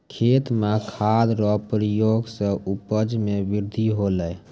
खेत मे खाद रो प्रयोग से उपज मे बृद्धि होलै